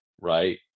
right